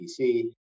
PC